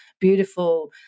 beautiful